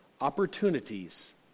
opportunities